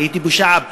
הייתי בשעב,